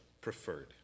preferred